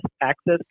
access